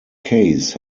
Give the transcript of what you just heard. case